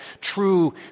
true